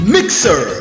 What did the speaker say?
Mixer